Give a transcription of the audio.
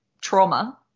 trauma